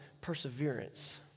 perseverance